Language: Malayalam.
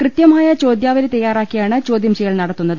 കൃത്യമായ ചോദ്യാവലി തയ്യാറാക്കിയാണ് ചോദ്യം ചെയ്യൽ നടത്തുന്നത്